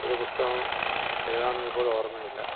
ഒരു പുസ്തകം ഏതാണെന്നിപ്പോൾ ഓർമ്മയില്ല